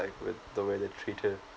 with the way they treated